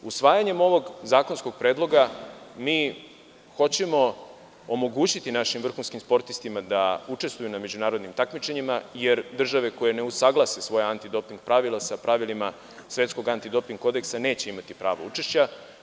Usvajanjem ovog zakonskog predloga mi hoćemo omogućiti našim vrhunskim sportistima da učestvuju na međunarodnim takmičenjima, jer države koje ne usaglase svoja antidoping pravila sa pravilima Svetskog antidoping kodeksa neće imati pravo učešća.